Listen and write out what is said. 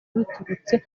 biturutse